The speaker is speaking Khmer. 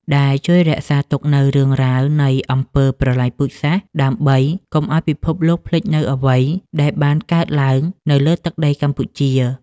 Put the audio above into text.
ដែលជួយរក្សាទុកនូវរឿងរ៉ាវនៃអំពើប្រល័យពូជសាសន៍ ដើម្បីកុំឲ្យពិភពលោកភ្លេចនូវអ្វីដែលបានកើតឡើងនៅលើទឹកដីកម្ពុជា។